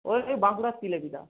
ওই সেই বাঁকুড়ার সিলেটিদা